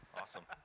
Awesome